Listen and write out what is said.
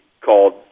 called